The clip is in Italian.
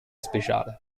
speciale